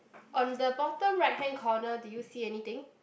on the bottom right hand corner do you see anything